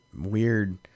weird